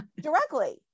directly